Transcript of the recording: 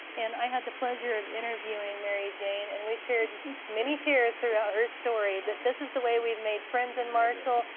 and i had the pleasure of interviewing mary jane, and we shared many tears throughout her story. but this is the way we have made friends in marshall.